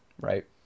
Right